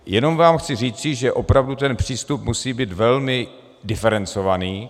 Jenom vám chci říci, že opravdu přístup musí být velmi diferencovaný.